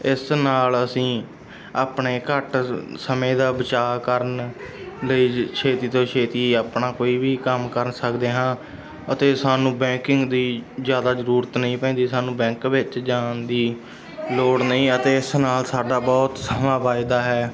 ਇਸ ਨਾਲ ਅਸੀਂ ਆਪਣੇ ਘੱਟ ਸਮੇਂ ਦਾ ਬਚਾਅ ਕਰਨ ਲਈ ਛੇਤੀ ਤੋਂ ਛੇਤੀ ਆਪਣਾ ਕੋਈ ਵੀ ਕੰਮ ਕਰ ਸਕਦੇ ਹਾਂ ਅਤੇ ਸਾਨੂੰ ਬੈਂਕਿੰਗ ਦੀ ਜ਼ਿਆਦਾ ਜ਼ਰੂਰਤ ਨਹੀਂ ਪੈਂਦੀ ਸਾਨੂੰ ਬੈਂਕ ਵਿੱਚ ਜਾਣ ਦੀ ਲੋੜ ਨਹੀਂ ਅਤੇ ਇਸ ਨਾਲ ਸਾਡਾ ਬਹੁਤ ਸਮਾਂ ਬਚਦਾ ਹੈ